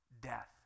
death